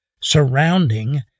surrounding